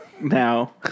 Now